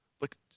look